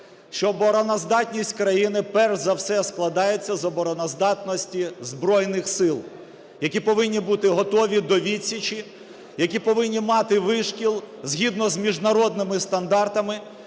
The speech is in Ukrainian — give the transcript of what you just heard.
що обороноздатність країни, перш за все складається з обороноздатності Збройних Сил, які повинні бути готові до відсічі, які повинні мати вишкіл згідно з міжнародними стандартами,